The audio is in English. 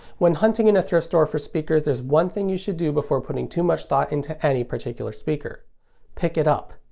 when hunting in a thrift store for speakers, there's one thing you should do before putting too much thought into any speaker pick it up.